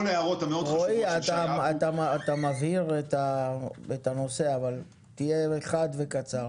אתה מבהיר את הנושא אבל תהיה חד וקצר.